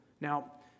Now